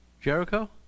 Jericho